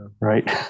Right